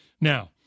Now